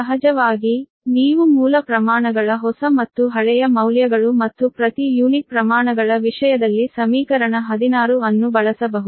ಸಹಜವಾಗಿ ನೀವು ಮೂಲ ಪ್ರಮಾಣಗಳ ಹೊಸ ಮತ್ತು ಹಳೆಯ ಮೌಲ್ಯಗಳು ಮತ್ತು ಪ್ರತಿ ಯೂನಿಟ್ ಪ್ರಮಾಣಗಳ ವಿಷಯದಲ್ಲಿ ಸಮೀಕರಣ 16 ಅನ್ನು ಬಳಸಬಹುದು